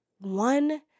one